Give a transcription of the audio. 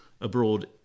abroad